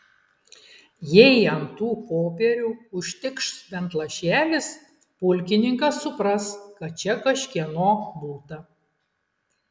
jei ant tų popierių užtikš bent lašelis pulkininkas supras kad čia kažkieno būta